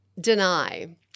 deny